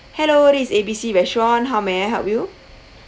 hello this is A B C restaurant how may I help you